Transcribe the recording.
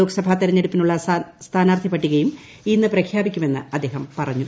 ലോക്സഭാ തെരഞ്ഞെടുപ്പിനുള്ള സ്ഥാനാർത്ഥി പട്ടികയും ഇന്ന് പ്രഖ്യാപിക്കുമെന്ന് അദ്ദേഹം പറഞ്ഞു